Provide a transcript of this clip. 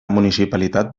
municipalitat